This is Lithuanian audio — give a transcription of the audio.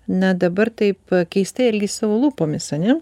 na dabar taip keistai elgiasi su savo lūpomis ane